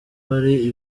hari